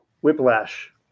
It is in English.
Whiplash